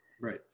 Right